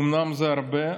אומנם זה הרבה,